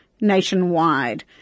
nationwide